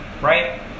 right